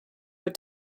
but